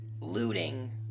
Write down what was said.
looting